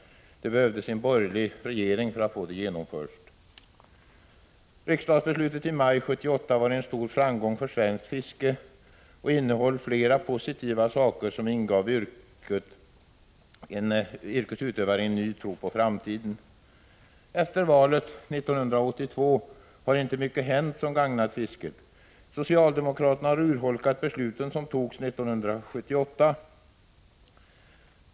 Det behövdes en borgerlig regering för att få det genomfört. Riksdagsbeslutet i maj 1978 var en stor framgång för svenskt fiske och innehöll flera positiva saker som ingav yrkesutövare en ny tro på framtiden. Efter valet 1982 har inte mycket hänt som gagnat fisket. Socialdemokraterna har urholkat besluten som togs 1978.